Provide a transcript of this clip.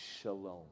Shalom